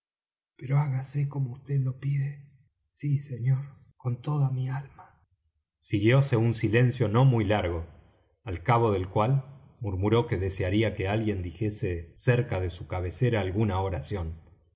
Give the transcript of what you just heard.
pero hágase como vd lo pide sí señor con toda mi alma siguióse un silencio no muy largo al cabo del cual murmuró que desearía que alguien dijese cerca de su cabecera alguna oración